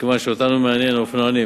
כי אותנו מעניינים האופנוענים.